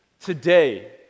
today